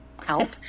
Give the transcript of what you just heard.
help